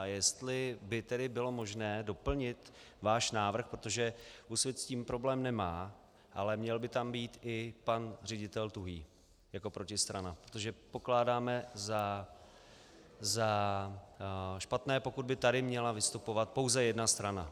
Jestli by tedy bylo možné doplnit váš návrh, protože Úsvit s tím problém nemá, ale měl by tam být i pan ředitel Tuhý jako protistrana, protože pokládáme za špatné, pokud by tady měla vystupovat pouze jedna strana.